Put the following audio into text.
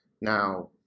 Now